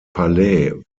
palais